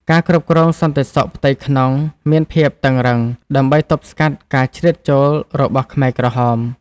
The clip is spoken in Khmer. ការគ្រប់គ្រងសន្តិសុខផ្ទៃក្នុងមានភាពតឹងរ៉ឹង ដើម្បីទប់ស្កាត់ការជ្រៀតចូលរបស់ខ្មែរក្រហម។